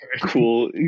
Cool